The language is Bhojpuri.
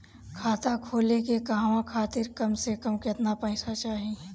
खाता खोले के कहवा खातिर कम से कम केतना पइसा चाहीं?